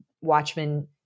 Watchmen